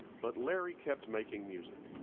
but larry kept making music.